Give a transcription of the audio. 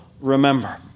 remember